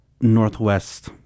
Northwest